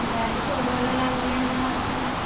ଡାଲି ତ ଭଲ ଲାଗୁନି ନା